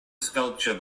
sculpture